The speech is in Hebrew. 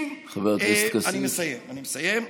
חבר הכנסת כסיף, אני מסיים, אני מסיים.